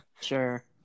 Sure